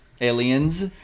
Aliens